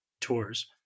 tours